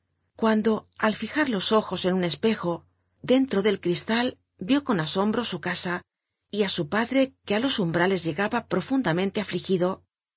cuando al lijar los ojos en un espejo dentro del cristal yió con asombro su casa y á su padre que á los umbrales llegaba profundamente afligido